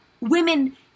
women